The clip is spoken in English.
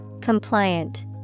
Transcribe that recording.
Compliant